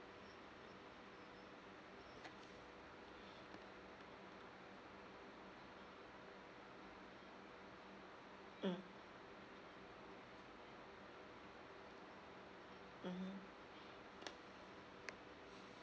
mm mmhmm